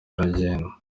aragenda